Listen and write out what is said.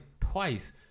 twice